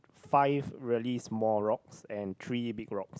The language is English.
five really small rocks and three big rocks